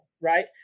right